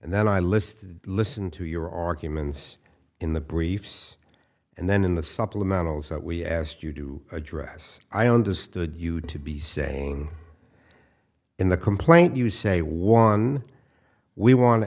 and then i list listen to your arguments in the briefs and then in the supplementals that we asked you to address i understood you to be saying in the complaint you say one we wan